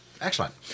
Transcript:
Excellent